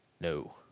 No